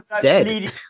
dead